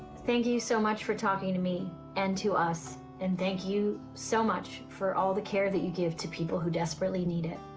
thank you so much for talking to me and to us, and thank you so much for all the care that you give to people who desperately need it.